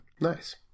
nice